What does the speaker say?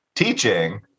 teaching